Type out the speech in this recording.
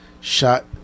shot